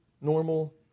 normal